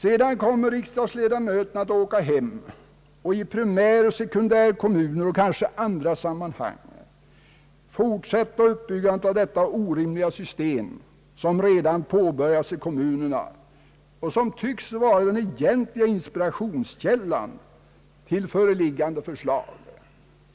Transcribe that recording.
Sedan kommer riksdagsledamöterna att åka hem och i primäroch sekundärkommuner, kanske även på andra håll, fortsätta uppbyggnaden av detta orimliga system som man redan har börjat tillämpa i kommunerna, vilket tycks vara den egentliga inspirationskällan till föreliggande förslag.